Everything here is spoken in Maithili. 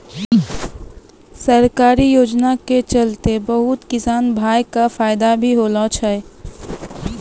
सरकारी योजना के चलतैं बहुत किसान भाय कॅ फायदा भी होलो छै